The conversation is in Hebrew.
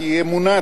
כי אמונה,